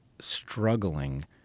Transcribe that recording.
struggling